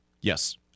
Yes